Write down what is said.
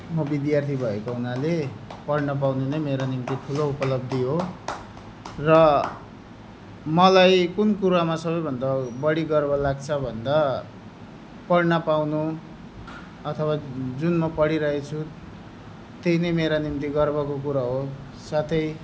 म विद्यार्थी भएको हुनाले पढ्न पाउनु नै मेरो निम्ति ठुलो उपलब्धि हो र मलाई कुन कुरामा सबै भन्दा बढी गर्व लाग्छ भन्दा पढ्न पाउनु अथवा जुन म पढिरहेछु त्यही नै मेरा निम्ति गर्वको कुरो हो साथै